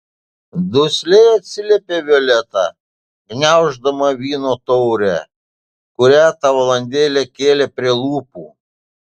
dusliai atsiliepė violeta gniauždama vyno taurę kurią tą valandėlę kėlė prie lūpų